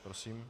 Prosím.